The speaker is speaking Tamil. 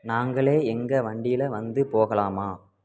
நாங்களே எங்கள் வண்டியில் வந்து போகலாமா